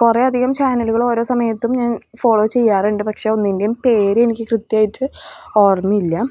കുറേ അധികം ചാനലുകൾ ഓരോ സമയത്തും ഞാൻ ഫോളോ ചെയ്യാറുണ്ട് പക്ഷേ ഒന്നിന്റെയും പേര് എനിക്ക് കൃത്യമായിട്ട് ഓർമ്മയില്ല